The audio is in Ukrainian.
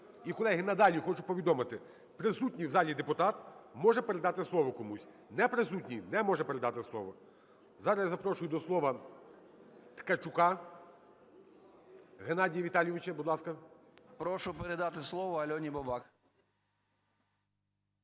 І, колеги, надалі хочу повідомити. Присутній в залі депутат може передати слово комусь, неприсутній не може передати слово. Зараз я запрошую до слова Ткачука Геннадія Віталійовича. Будь ласка. 11:03:24 ТКАЧУК Г.В. Прошу передати слово Альоні Бабак.